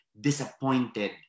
Disappointed